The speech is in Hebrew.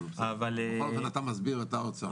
בכל זאת אתה מסביר את האוצר.